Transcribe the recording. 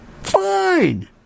Fine